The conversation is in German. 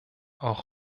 auch